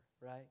right